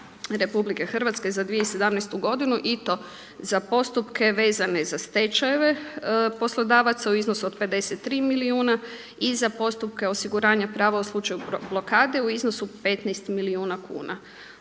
RH za 2017. godinu i to za postupke vezane za stečajeve poslodavaca u iznosu od 53 milijuna i za postupke osiguranja prava u slučaju blokade u slučaju 15 milijuna kuna.